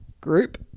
Group